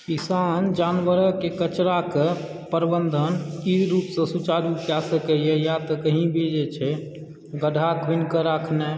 किसान जानवरक कचराकऽ प्रबन्धन ई रुपसँ सुचारु कए सकयए या तऽ कही भी जे छै गड्ढ़ा खुनिके राखने